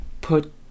put